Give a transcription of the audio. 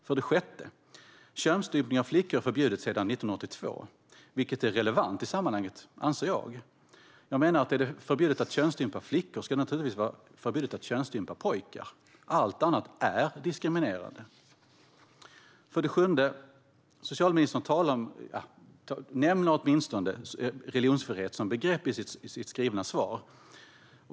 För det sjätte: Könsstympning av flickor är förbjudet sedan 1982, vilket jag anser är relevant i sammanhanget. Jag menar att är det förbjudet att könsstympa flickor ska det naturligtvis vara förbjudet att könsstympa pojkar. Allt annat är diskriminerande. För det sjunde: Socialministern talar om religionsfrihet, eller nämner det åtminstone som begrepp, i sitt svar.